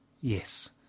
Yes